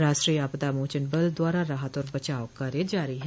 राष्ट्रीय आपदा मोचन बल द्वारा राहत और बचाव कार्य जारी है